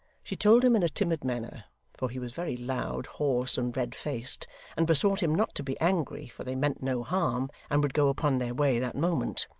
she told him in a timid manner for he was very loud, hoarse, and red-faced and besought him not to be angry, for they meant no harm, and would go upon their way that moment.